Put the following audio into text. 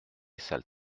sale